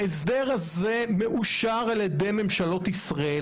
ההסדר הזה מאושר על ידי ממשלות ישראל,